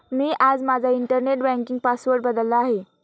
मी आज माझा internet banking password बदलला आहे